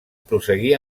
prosseguir